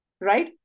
right